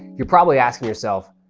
you're probably asking yourself,